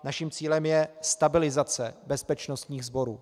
Naším cílem je stabilizace bezpečnostních sborů.